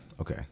Okay